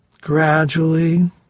gradually